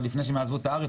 עוד לפני שהם יעזבו את הארץ,